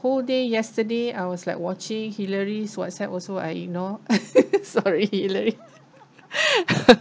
whole day yesterday I was like watching hillary's whatsapp also I ignore sorry hillary